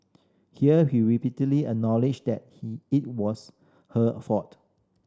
here he repeatedly acknowledged that it was her fault